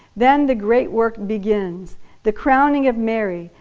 then the great work begins the crowning of mary,